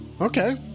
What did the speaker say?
Okay